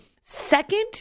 second